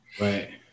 Right